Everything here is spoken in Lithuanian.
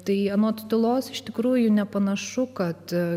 tai anot tūlos iš tikrųjų nepanašu kad